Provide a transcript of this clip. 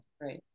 Right